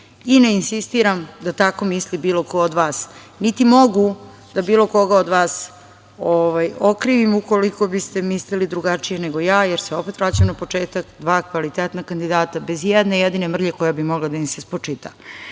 i ne insistiram da tako misli bilo ko od vas, niti mogu da bilo koga od vas okrivim ukoliko biste mislili drugačije nego ja, jer opet se vraćam na početak, dva kvalitetna kandidata bez i jedne jedine mrlje koja bi mogla da im se spočita. Sve